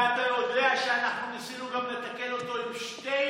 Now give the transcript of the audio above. ואתה יודע שאנחנו ניסינו גם לתקן אותו עם שתי מילים,